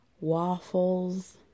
waffles